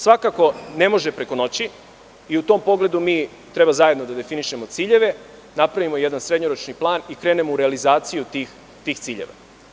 Svakako, ne može preko noći i u tom pogledu mi treba zajedno da definišemo te ciljeve, napravimo jedan srednjoročni plan i krenemo u realizaciju tih ciljeva.